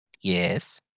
Yes